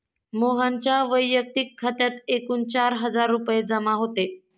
मोहनच्या वैयक्तिक खात्यात एकूण चार हजार रुपये जमा होते